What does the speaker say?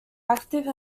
active